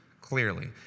clearly